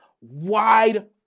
wide